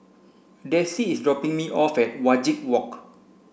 Dessie is dropping me off at Wajek Walk